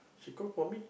she cook for me